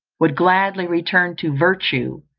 would gladly return to virtue,